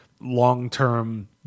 long-term